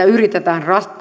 yritetään